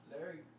Larry